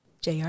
jr